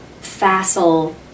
facile